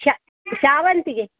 ಸೇವಂತಿಗೆ